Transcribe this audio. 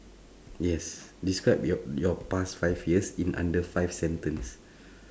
yes describe your your past five years in under five sentence